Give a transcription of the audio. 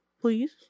Please